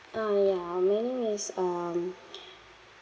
ah ya my name is um